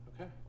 Okay